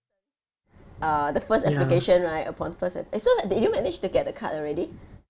uh the first application right upon first eh so did you manage to get the card already